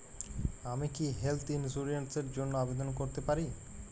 আমি কি health insurance র জন্য আবেদন করতে পারি?